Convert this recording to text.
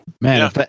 Man